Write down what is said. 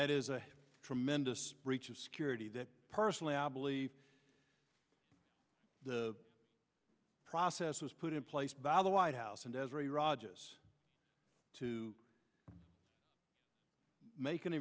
that is a tremendous breach of security that personally i believe the process was put in place by the white house and as a rajah's to make an